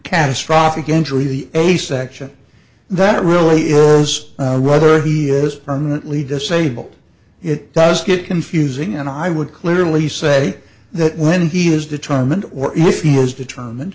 catastrophic injury the a section that really ills whether he is permanently disabled it does get confusing and i would clearly say that when he is determined or if he is determined